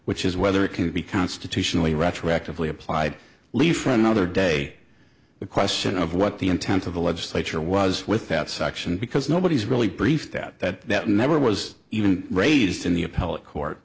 which is whether it can be constitutionally retroactively applied leave for another day the question of what the intent of the legislature was with that section because nobody's really briefed out that that never was even raised in the appellate court